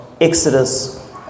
Exodus